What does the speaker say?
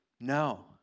No